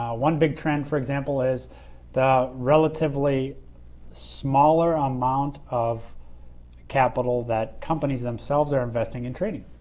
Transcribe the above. one big trend, for example, is the relatively smaller amount of capital that companies themselves are investing in training.